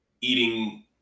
eating